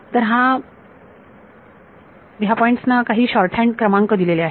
तर हा पॉईंट्स ना काही शॉर्ट हॅन्ड क्रमांक दिलेले आहेत